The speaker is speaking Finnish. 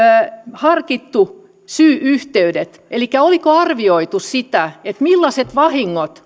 harkittu syy yhteydet elikkä oliko arvioitu sitä millaiset vahingot